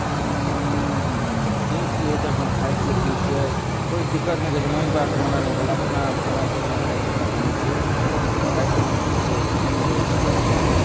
घुमि फिरि कऽ जे चीज होइ छै अपन खाइ छियै पियै छियै कोइ दिक्कत नहि करै छै मम्मी पपासभ मना नहि कयलक अपना कमाइ छियै अपना खाइ छियै अपना घूमै छियै तऽ ऐश मौजसँ खूब रहै छियै अपना